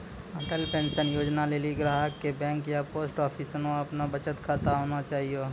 Atal pension योजना लेली ग्राहक के बैंक या पोस्ट आफिसमे अपनो बचत खाता होना चाहियो